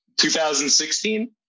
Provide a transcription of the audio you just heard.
2016